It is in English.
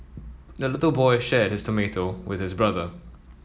the little boy shared his tomato with his brother